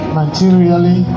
materially